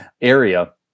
area